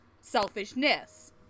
selfishness